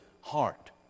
heart